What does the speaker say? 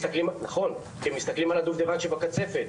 נכון, כי הם מסתכלים על הדובדבן שבקצפת.